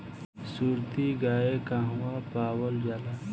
सुरती गाय कहवा पावल जाला?